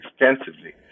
extensively